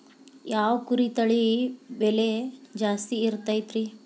ಯಾವ ಕುರಿ ತಳಿ ಬೆಲೆ ಜಾಸ್ತಿ ಇರತೈತ್ರಿ?